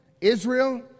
Israel